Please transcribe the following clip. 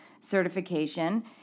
Certification